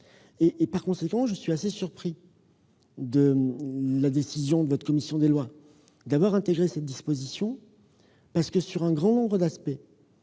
Par conséquent, je suis assez surpris de la décision de la commission des lois d'avoir intégré cette disposition. Concernant un grand nombre de points,